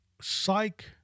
psych